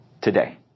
today